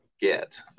get